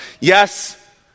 Yes